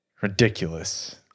Ridiculous